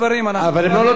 אבל הם לא נותנים לי לדבר.